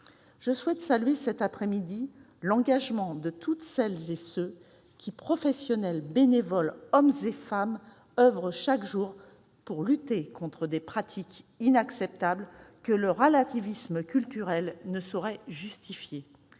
Je souhaite saluer, cet après-midi, l'engagement de celles et ceux- professionnels et bénévoles, hommes et femmes -qui oeuvrent chaque jour pour lutter contre des pratiques inacceptables que le relativisme culturel ne saurait justifier.